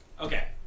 Okay